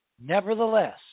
Nevertheless